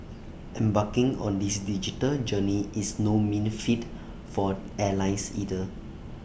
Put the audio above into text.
embarking on this digital journey is no mean feat for airlines either